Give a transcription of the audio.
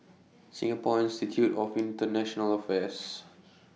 Singapore Institute of International Affairs